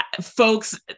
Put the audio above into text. folks